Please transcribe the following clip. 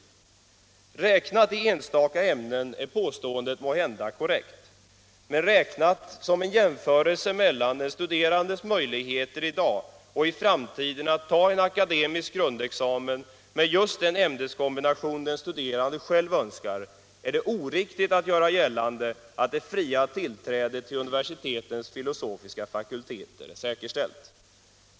Om man därvid avser enstaka ämnen är påståendet måhända korrekt, men om man gör en jämförelse mellan den studerandes möjligheter att ta en akademisk grundexamen med den ämneskombination han själv önskar i dag och hans möjligheter att göra det i framtiden, då är det oriktigt att göra gällande att det fria tillträdet till universitetens filosofiska fakulteter är säkerställt.